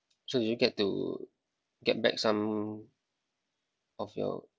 so do you get to get back some of your